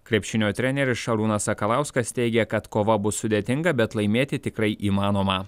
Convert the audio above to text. krepšinio treneris šarūnas sakalauskas teigė kad kova bus sudėtinga bet laimėti tikrai įmanoma